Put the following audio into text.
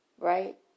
right